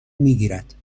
میگیرد